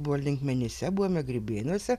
buvo linkmenyse buvome grybėnuose